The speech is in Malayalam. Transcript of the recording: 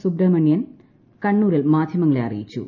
സുബ്രഹ്മണ്യൻ കണ്ണൂരിൽ മാധ്യമങ്ങൾ അറിയിച്ചു